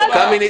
ארז, בבקשה.